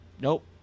Nope